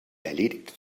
erledigt